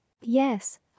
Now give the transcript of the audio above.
Yes